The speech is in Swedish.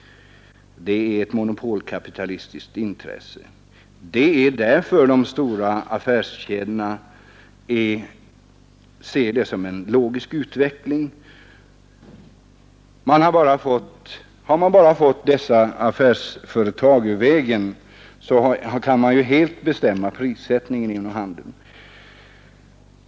Det är ett monopolkapitalistiskt intresse, och för de stora affärskedjorna är det en naturlig och logisk utveckling. Har man bara fått dessa andra affärsföretag ur vägen, så kan man ju helt bestämma prissättningen inom handeln.